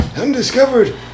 undiscovered